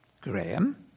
Graham